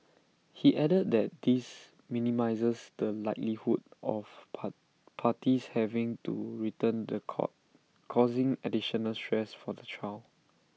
he added that this minimises the likelihood of par parties having to return The Court causing additional stress for the child